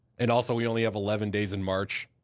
and also, we only have eleven days in march.